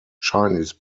chinese